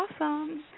awesome